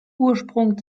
ursprung